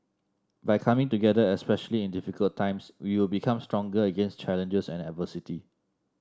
by coming together especially in difficult times we will become stronger against challenges and adversity